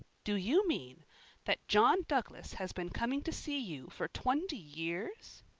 do you mean that john douglas has been coming to see you for twenty years?